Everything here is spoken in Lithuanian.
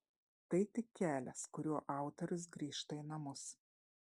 tai tik kelias kuriuo autorius grįžta į namus